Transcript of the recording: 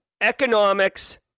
economics